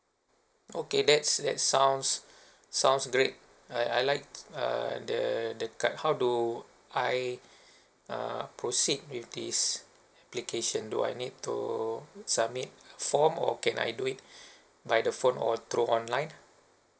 okay that's that sounds sounds great I I like uh the the card how do I uh proceed with this application do I need to submit form or can I do it by the phone or through online